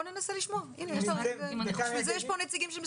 אני מסכימה איתך, שי.